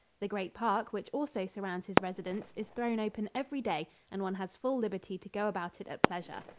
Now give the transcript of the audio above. the great park, which also surrounds his residence, is thrown open every day and one has full liberty to go about it at pleasure.